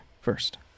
first